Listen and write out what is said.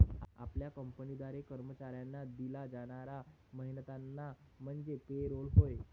आपल्या कंपनीद्वारे कर्मचाऱ्यांना दिला जाणारा मेहनताना म्हणजे पे रोल होय